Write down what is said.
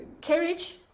carriage